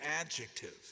adjective